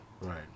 right